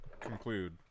conclude